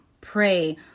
pray